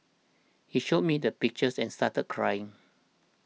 he showed me the pictures and started crying